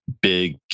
Big